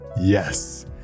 Yes